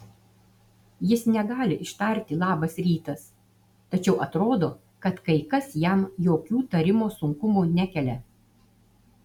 jis negali ištarti labas rytas tačiau atrodo kad kai kas jam jokių tarimo sunkumų nekelia